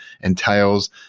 entails